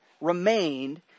remained